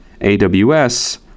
AWS